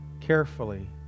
carefully